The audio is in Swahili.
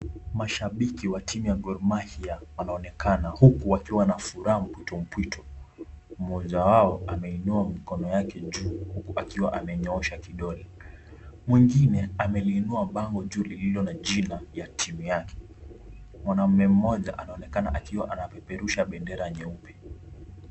Mashabiki wa timu ya GORMAHIA wanaonekana huku wakiwa na furaha mpwito mpwito. Mmoja wao ameinua mkono wake juu huku akinyoosha kidole. Mwingine ameliinua bango juu lililo na jina ya timu yake. Mwanamme mmoja anaonekana akiwa anapeperusha bendera nyeupe.